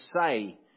say